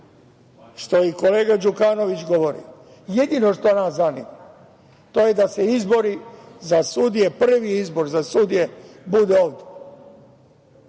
što je kolega Đukanović govorio, jedino što nas zanima to je da se izbori za sudije, prvi izbor za sudije bude ovde.Zašto